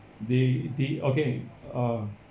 they they okay ah